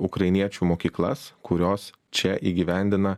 ukrainiečių mokyklas kurios čia įgyvendina